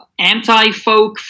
Anti-folk